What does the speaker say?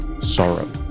Sorrow